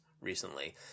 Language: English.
recently